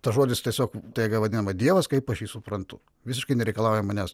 tas žodis tiesiog tai vadinama dievas kaip aš jį suprantu visiškai nereikalaujama nes